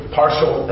partial